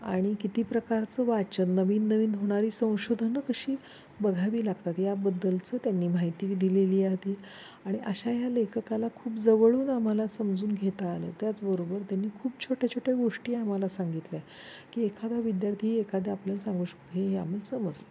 आणि किती प्रकारचं वाचन नवीन नवीन होणारी संशोधनं कशी बघावी लागतात याबद्दलचं त्यांनी माहिती दिलेली या आधी आणि अशा ह्या लेखकाला खूप जवळून आम्हाला समजून घेता आलं त्याचबरोबर त्यांनी खूप छोट्या छोट्या गोष्टी आम्हाला सांगितल्या की एखादा विद्यार्थी एखादा आपल्याला सांगू शकतो हे आम्ही समजलं